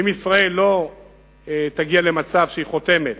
ואם ישראל לא תגיע למצב שהיא חותמת